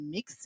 Mix